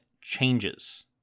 changes